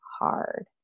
hard